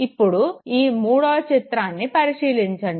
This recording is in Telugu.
ఇప్పుడు ఈ మూడవ చిత్రాన్ని పరిశీలించండి